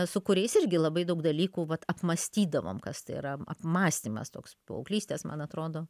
su kuriais irgi labai daug dalykų vat apmąstydavom kas tai yra apmąstymas toks paauglystės man atrodo